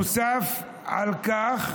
נוסף על כך,